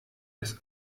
des